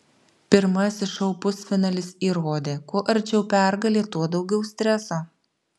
pirmasis šou pusfinalis įrodė kuo arčiau pergalė tuo daugiau streso